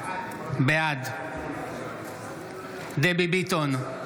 בעד דבי ביטון,